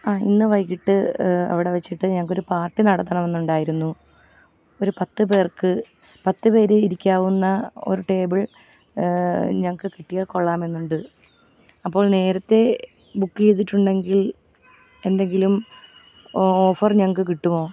ആ ഇന്ന് വൈകിട്ട് അവിടെ വച്ചിട്ട് ഞങ്ങൾക്കൊരു പാർട്ടി നടത്തണമെന്നുണ്ടായിരുന്നു ഒരു പത്ത് പേർക്ക് പത്ത് പേർ ഇരിക്കാവുന്ന ഒരു ടേബിൾ ഞങ്ങൾക്ക് കിട്ടിയാൽ കൊള്ളാമെന്നുണ്ട് അപ്പോൾ നേരത്തെ ബുക്ക് ചെയ്തിട്ടുണ്ടെങ്കിൽ എന്തെങ്കിലും ഓഫർ ഞങ്ങൾക്ക് കിട്ടുമോ